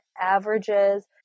averages